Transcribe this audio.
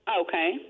Okay